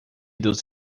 dos